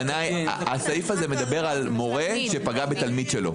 הסעיף הזה מדבר על מורה שפגע בתלמיד שלו.